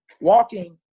walking